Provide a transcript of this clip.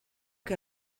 que